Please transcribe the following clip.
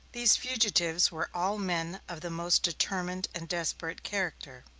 these fugitives were all men of the most determined and desperate character.